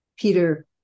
Peter